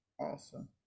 awesome